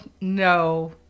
no